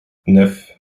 neuf